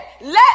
let